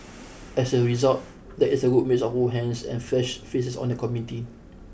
as a result there is a good mix of old hands and fresh faces on the committee